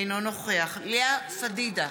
אינו נוכח לאה פדידה,